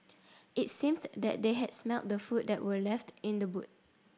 it seemed that they had smelt the food that were left in the boot